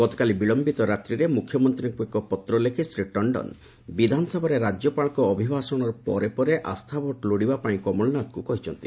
ଗତକାଲି ବିଳୟିତ ରାତ୍ରିରେ ମୁଖ୍ୟମନ୍ତ୍ରୀଙ୍କୁ ଏକ ପତ୍ର ଲେଖି ଶ୍ରୀ ଟଣ୍ଡନ ବିଧାନସଭାରେ ରାଜ୍ୟପାଳଙ୍କ ଅଭିଭାଷଣର ପରେ ପରେ ଆସ୍ଥାଭୋଟ୍ ଲୋଡ଼ିବା ପାଇଁ କମଳନାଥଙ୍କୁ କହିଛନ୍ତି